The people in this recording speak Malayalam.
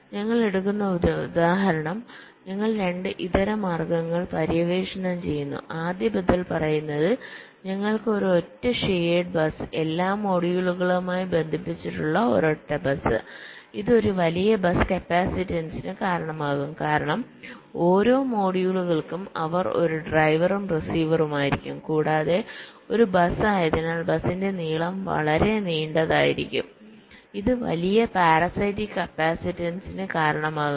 ഞങ്ങൾ എടുക്കുന്ന ഉദാഹരണം ഞങ്ങൾ 2 ഇതരമാർഗങ്ങൾ പര്യവേക്ഷണം ചെയ്യുന്നു ആദ്യ ബദൽ പറയുന്നത് ഞങ്ങൾക്ക് ഒരൊറ്റ ഷെയേർഡ് ബസ് എല്ലാ മൊഡ്യൂളുകളുമായും ബന്ധിപ്പിച്ചിട്ടുള്ള ഒരൊറ്റ ബസ് ഇത് ഒരു വലിയ ബസ് കപ്പാസിറ്റൻസിന് കാരണമാകും കാരണം ഓരോ മൊഡ്യൂളുകൾക്കും അവർ ഒരു ഡ്രൈവറും റിസീവറും ആയിരിക്കും കൂടാതെ ഒരു ബസ് ആയതിനാൽ ബസിന്റെ നീളം വളരെ നീണ്ടതായിരിക്കും ഇത് വലിയ പാരാസൈറ്റിക് കപ്പാസിറ്റൻസിന് കാരണമാകും